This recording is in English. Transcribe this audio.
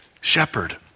shepherd